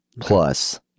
plus